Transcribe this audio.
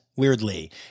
Weirdly